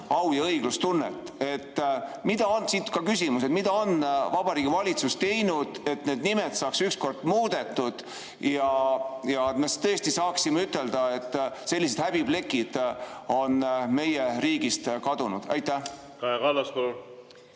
ja õiglustunnet. Siit ka küsimus: mida on Vabariigi Valitsus teinud, et need nimed saaks ükskord muudetud ja me tõesti saaksime ütelda, et sellised häbiplekid on meie riigist kadunud? Kaja